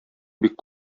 бик